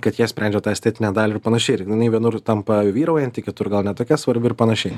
kad jie sprendžia tą estetinę dalį ir panašiai ir jinai vienur tampa vyraujanti kitur gal ne tokia svarbi ir panašiai